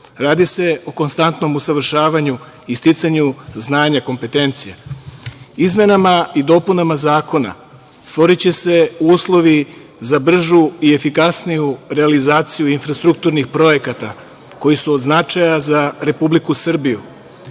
Radi se o konstantnom usavršavanju i sticanju znanja, kompetencija. Izmenama i dopunama Zakona stvoriće se uslovi za bržu i efikasniju realizaciju infrastrukturnih projekata koji su od značaja za Republiku Srbiju.